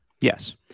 Yes